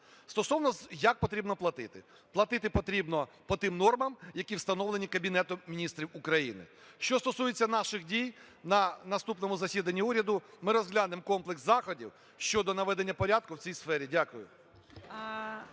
Стосовно, як потрібно платити. Платити потрібно по тим нормам, які встановлені Кабінетом Міністрів України. Що стосується наших дій. На наступному засіданні уряду ми розглянемо комплекс заходів щодо наведення порядку в цій сфері. Дякую.